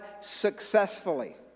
successfully